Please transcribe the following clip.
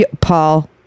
Paul